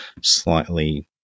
slightly